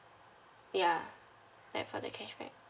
ya like for the cashback